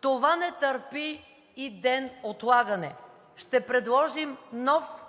Това не търпи и ден отлагане. Ще предложим нов